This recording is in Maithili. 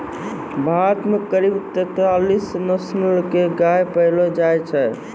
भारत मॅ करीब तेतालीस नस्ल के गाय पैलो जाय छै